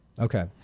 Okay